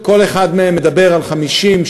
כל אחד מהם מדבר על 50,